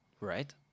Right